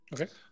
Okay